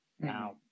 Now